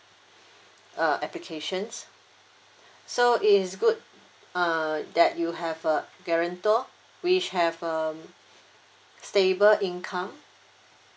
uh application so it's good err that you have a guarantor which have um stable income